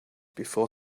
before